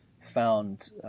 found